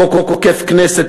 חוק עוקף-כנסת,